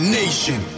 nation